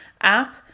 app